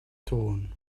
ton